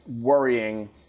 worrying